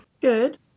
Good